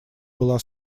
была